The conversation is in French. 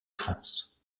france